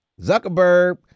Zuckerberg